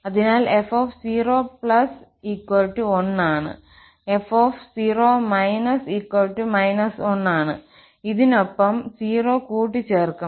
അതിനാൽ f0 1 ആണ് f0 − −1 ആണ് ഇതിനൊപ്പം 0 കൂട്ടിച്ചേർക്കും